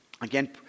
again